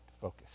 focus